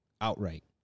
outright